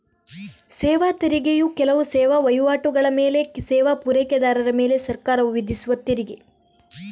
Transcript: ಸೇವಾ ತೆರಿಗೆಯು ಕೆಲವು ಸೇವಾ ವೈವಾಟುಗಳ ಮೇಲೆ ಸೇವಾ ಪೂರೈಕೆದಾರರ ಮೇಲೆ ಸರ್ಕಾರವು ವಿಧಿಸುವ ತೆರಿಗೆ